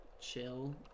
chill